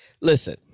Listen